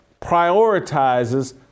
prioritizes